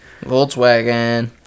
Volkswagen